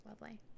lovely